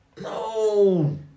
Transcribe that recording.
No